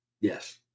Yes